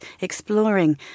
exploring